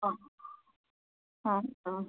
ആ ആആ